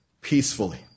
peacefully